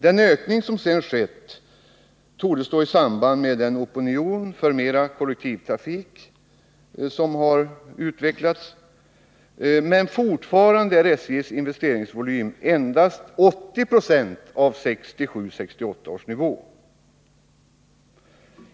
Den ökning som sedan skett torde stå i samband med den opinion för mera kollektivtrafik som har utvecklats, men fortfarande är SJ:s investeringsvolym endast 80 960 av 1967/68 års nivå.